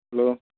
hello